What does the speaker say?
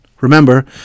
Remember